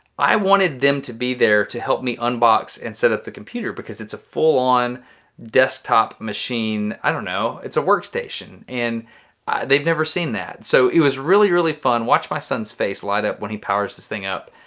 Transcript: i wanted them to be there to help me unbox and set up the computer because it's a full-on desktop machine. i don't know, it's a workstation and they've never seen that. so it was really, really fun watch my son's face light up when he powers this thing up.